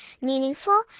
meaningful